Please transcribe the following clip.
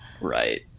Right